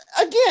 again